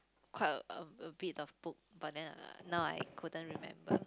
quite a a bit of book but then now I couldn't remember